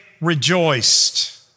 rejoiced